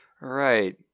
right